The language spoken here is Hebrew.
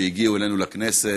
שהגיעו אלינו לכנסת.